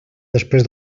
després